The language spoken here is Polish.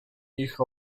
ich